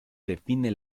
define